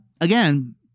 again